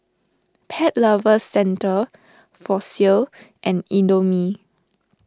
Pet Lovers Centre Fossil and Indomie